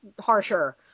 harsher